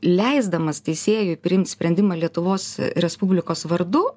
leisdamas teisėjui priimt sprendimą lietuvos respublikos vardu